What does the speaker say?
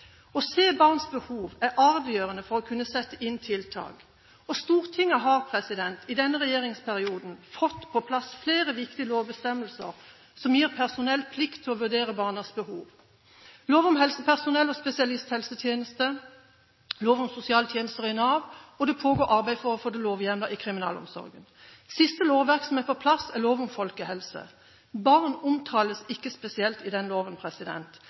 Å se barns behov er avgjørende for å kunne sette inn tiltak. Stortinget har i denne regjeringsperioden fått på plass flere viktige lovbestemmelser som gir personell plikt til å vurdere barnas behov – helsepersonelloven, spesialisthelsetjenesteloven, lov om sosiale tjenester i Nav – og det pågår arbeid for å få det lovhjemlet i kriminalomsorgen. Det siste lovverket som er på plass, er folkehelseloven. Barn omtales ikke spesielt i den loven,